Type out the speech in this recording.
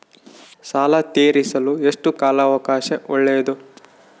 ಸಾಲ ತೇರಿಸಲು ಎಷ್ಟು ಕಾಲ ಅವಕಾಶ ಒಳ್ಳೆಯದು?